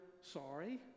sorry